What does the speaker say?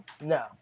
no